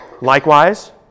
Likewise